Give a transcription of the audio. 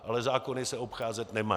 Ale zákony se obcházet nemají.